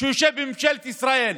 שיושב בממשלת ישראל,